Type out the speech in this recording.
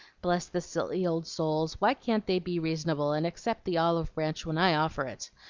bless the silly old souls! why can't they be reasonable, and accept the olive branch when i offer it?